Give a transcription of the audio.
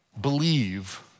believe